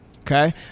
Okay